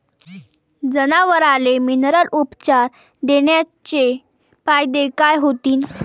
जनावराले मिनरल उपचार देण्याचे फायदे काय होतीन?